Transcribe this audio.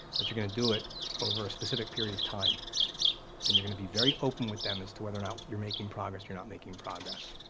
but you're gonna do it over a specific period of time and you're gonna be very open with them as to whether or not you're making progress, you're not making progress,